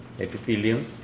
epithelium